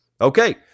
Okay